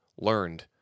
learned